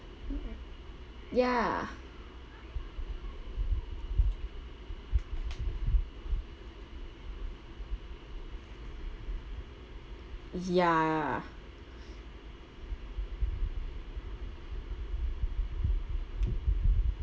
ya ya